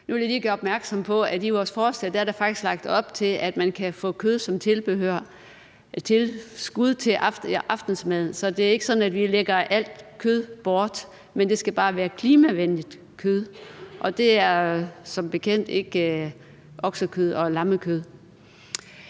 i vores forslag faktisk er lagt op til, at man kan få kød som tilbehør eller tilskud til aftensmaden, så det er ikke sådan, at vi lægger alt kød bort. Men det skal bare være klimavenligt kød. Det er oksekød og lammekød